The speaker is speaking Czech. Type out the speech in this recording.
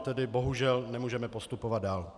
Tedy bohužel nemůžeme postupovat dál.